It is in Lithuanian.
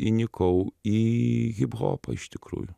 įnikau į hiphopą iš tikrųjų